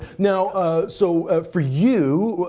now so, for you,